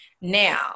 Now